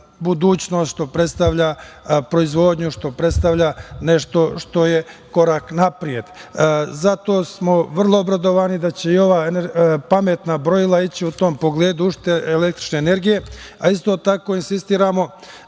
što predstavlja proizvodnju, što predstavlja nešto što je korak napred. Zato smo vrlo obradovani da će ova pametna brojila ići u tom pogledu uštede električne energije, a isto tako insistiramo